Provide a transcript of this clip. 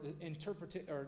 interpretation